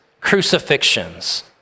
crucifixions